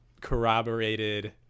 corroborated